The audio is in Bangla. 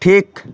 ঠিক